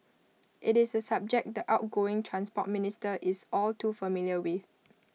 IT is A subject the outgoing Transport Minister is all too familiar with